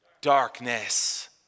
darkness